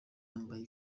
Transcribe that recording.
yambaye